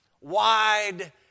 Wide